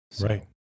right